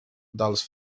dels